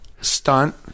stunt